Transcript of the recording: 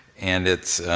and it's,